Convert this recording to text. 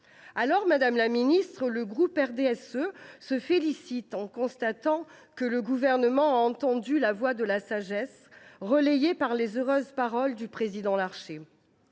Aussi, madame la ministre, le groupe RDSE se félicite de constater que le Gouvernement a entendu la voix de la sagesse, relayée par les heureuses paroles du président Larcher.